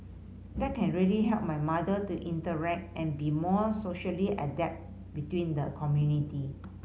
that can really help my mother to interact and be more socially adept within the community